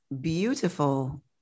beautiful